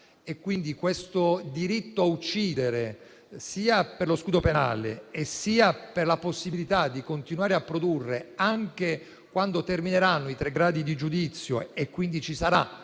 quindi, il diritto a uccidere, sia per lo scudo penale, sia per la possibilità di proseguire la produzione anche quando termineranno i tre gradi di giudizio e ci sarà